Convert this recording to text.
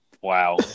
Wow